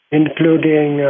including